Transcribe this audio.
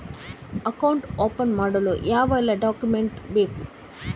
Account open ಮಾಡಲು ಯಾವೆಲ್ಲ document ಬೇಕು?